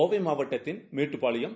கோவை மாவட்டத்தின் மேட்டுப்பாளையம்